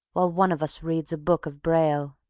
while one of us reads a book of braille.